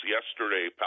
Yesterday